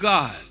God